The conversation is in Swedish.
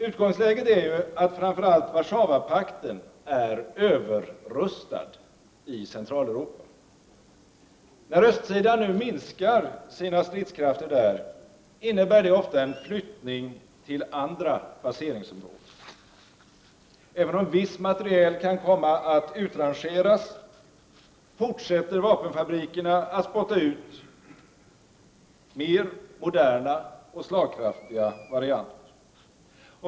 Utgångsläget är ju att framför allt Warszawapakten är överrustad i Centraleuropa. När östsidan nu minskar sina stridskrafter där, innebär det ofta en flyttning till andra baseringsområden. Även om viss materiel kan komma att utrangeras, fortsätter vapenfabrikerna att spotta ut mer moderna och slagkraftiga varianter.